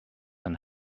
and